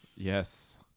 Yes